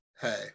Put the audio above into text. Hey